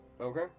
Okay